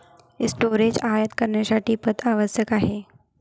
storage आयात करण्यासाठी पथ आवश्यक आहे